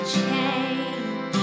change